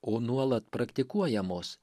o nuolat praktikuojamos